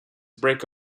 break